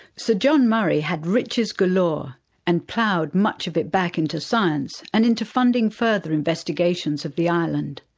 sir john murray had riches galore and ploughed much of it back into science and into funding further investigations of the island.